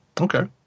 Okay